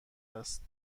است